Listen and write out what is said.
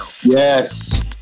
Yes